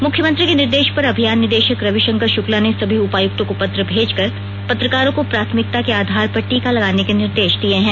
मुख्यमंत्री के निर्देश पर अभियान निदेशक रविशंकर शुक्ला ने सभी उपायुक्तों को पत्र भेजकर पत्रकारों को प्राथमिकता के आधार पर टीका लगाने के निर्देश दिए हैं